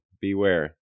beware